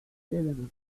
левина